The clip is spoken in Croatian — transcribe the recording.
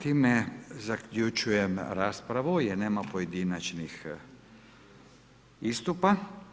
Time zaključujem raspravu jer nema pojedinačnih istupa.